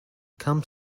come